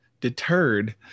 deterred